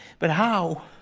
but how?